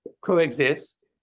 coexist